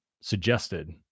suggested